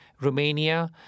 Romania